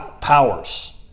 powers